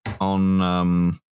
on